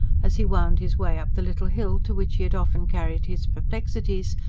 as he wound his way up the little hill to which he had often carried his perplexities,